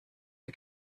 you